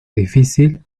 difícil